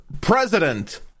president